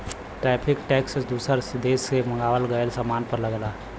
tariff tax दूसर देश से मंगावल गयल सामान पर लगला